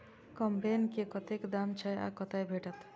कम्पेन के कतेक दाम छै आ कतय भेटत?